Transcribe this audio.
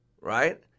right